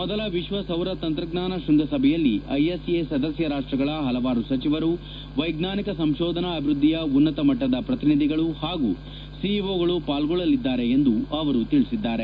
ಮೊದಲ ವಿಶ್ವ ಸೌರತಂತ್ರಜ್ಞಾನ ಶ್ವಂಗಸಭೆಯಲ್ಲಿ ಐಎಸ್ಎ ಸದಸ್ನ ರಾಷ್ಗಳ ಪಲವಾರು ಸಚಿವರು ವೈಜ್ಞಾನಿಕ ಸಂಶೋಧನಾ ಅಭಿವೃದ್ಧಿಯ ಉನ್ನತ ಮಟ್ಟದ ಪ್ರತಿನಿಧಿಗಳು ಹಾಗೂ ಸೀಜಗಳು ಪಾಲ್ಗೊಳ್ಳಲಿದ್ದಾರೆ ಎಂದು ಅವರು ತಿಳಿಸಿದ್ದಾರೆ